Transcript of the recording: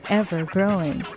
ever-growing